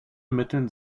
mittel